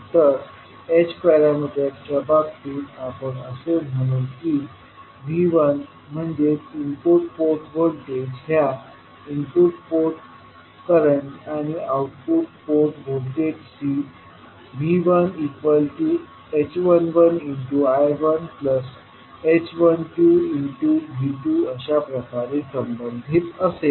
तर h पॅरामीटर्सच्या बाबतीत आपण असे म्हणू की V1म्हणजेच इनपुट पोर्ट व्होल्टेज ह्या इनपुट पोर्ट करंट आणि आउटपुट पोर्ट व्होल्टेजशी V1h11I1h12V2 अशा प्रकारे संबंधित असेल